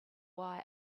why